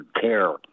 care